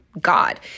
God